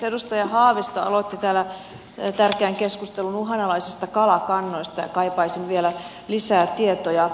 edustaja haavisto aloitti täällä tärkeän keskustelun uhanalaisista kalakannoista ja kaipaisin vielä lisää tietoja